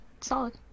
solid